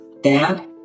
Dad